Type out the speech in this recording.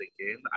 again